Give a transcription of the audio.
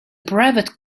private